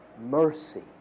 Mercy